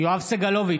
יואב סגלוביץ'